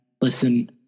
listen